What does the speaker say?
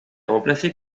remplacé